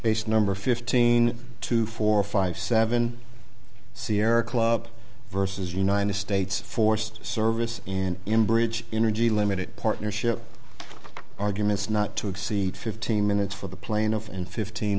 base number fifteen two four five seven sierra club versus united states forced service and in bridge energy limited partnership arguments not to exceed fifteen minutes for the plaintiff and fifteen